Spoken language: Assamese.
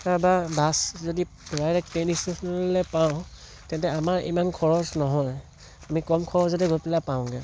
বা বাছ ডাইৰেক্ট ট্ৰেইন ইষ্টেশ্যনলৈ পাওঁ তেন্তে আমাৰ ইমান খৰচ নহয় আমি কম খৰচতে গৈ পেলাই পাওঁগৈ